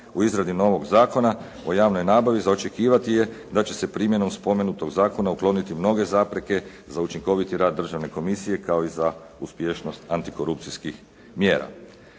u izradi novog Zakona o javnoj nabavi za očekivati je da će se primjenom spomenutog zakona ukloniti mnoge zapreke za učinkoviti rad Državne komisije kao i za uspješnost antikorupcijskih mjera.